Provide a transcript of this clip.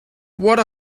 what